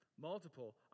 Multiple